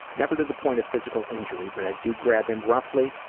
never to the point of physical injury but i do grab him roughly,